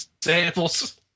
samples